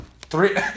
Three